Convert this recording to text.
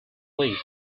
leave